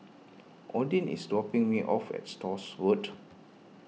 Odin is dropping me off at Stores Road